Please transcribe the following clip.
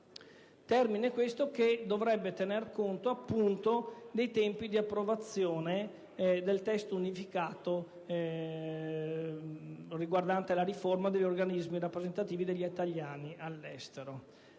termine questo che dovrebbe tenere conto dei tempi d'approvazione del testo unificato riguardante la riforma degli organismi rappresentativi degli italiani all'estero,